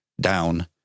down